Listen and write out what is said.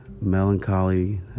melancholy